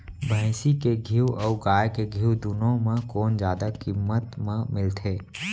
भैंसी के घीव अऊ गाय के घीव दूनो म कोन जादा किम्मत म मिलथे?